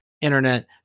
internet